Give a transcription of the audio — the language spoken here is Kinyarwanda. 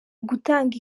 gutanga